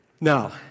Now